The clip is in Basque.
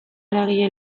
eragile